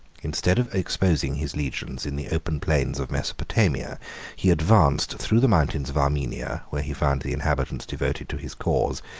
instead of exposing his legions in the open plains of mesopotamia he advanced through the mountains of armenia, where he found the inhabitants devoted to his cause,